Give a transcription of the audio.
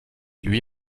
lui